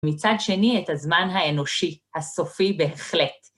מצד שני, את הזמן האנושי, הסופי בהחלט.